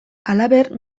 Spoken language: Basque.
halaber